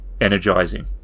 energizing